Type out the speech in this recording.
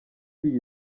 uriye